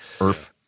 earth